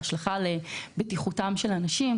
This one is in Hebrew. והשלכה על בטיחותם של אנשים.